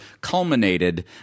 culminated